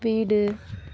வீடு